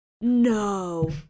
no